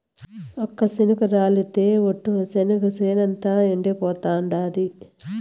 ఒక్క చినుకు రాలితె ఒట్టు, చెనిగ చేనంతా ఎండిపోతాండాది